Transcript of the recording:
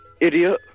idiot